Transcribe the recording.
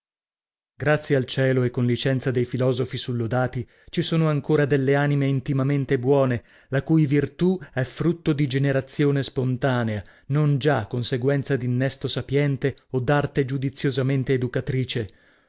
grazie al cielo e con licenza dei filosofi sullodatì ci sono ancora delle anime intimamente buone la cui virtù è frutto di generazione spontanea non già conseguenza d'innesto sapiente o d'arte giudiziosamente educatrice